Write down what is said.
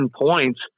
points